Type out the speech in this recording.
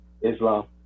Islam